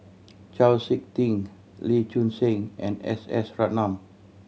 Chau Sik Ting Lee Choon Seng and S S Ratnam